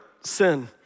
sin